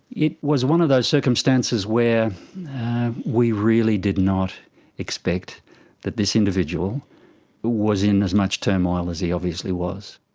it was one of those circumstances where we really did not expect that this individual was in as much turmoil as he obviously was.